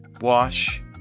Wash